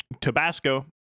Tabasco